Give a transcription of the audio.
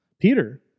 Peter